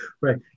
Right